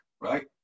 right